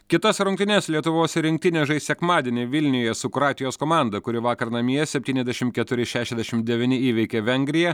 kitas rungtynes lietuvos rinktinė žais sekmadienį vilniuje su kroatijos komanda kuri vakar namie septyniasdešimt keturi šešiasdešimt devyni įveikė vengriją